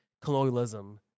colonialism